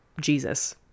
Jesus